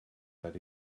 that